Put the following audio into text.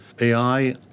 AI